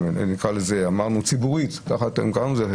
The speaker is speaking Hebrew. נקרא לזה ציבורית כך קראנו לזה,